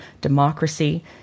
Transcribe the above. democracy